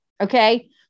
Okay